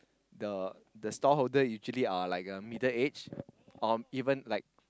the the stall holder usually are like uh middle age or even like the